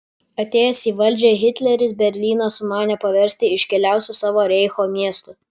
atėjęs į valdžią hitleris berlyną sumanė paversti iškiliausiu savo reicho miestu